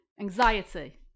Anxiety